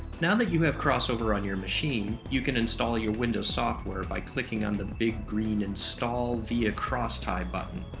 now that you have crossover on your machine, you can install your windows software by clicking on the big, green install via crosstie button.